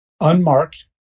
unmarked